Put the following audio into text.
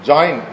JOIN